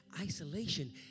isolation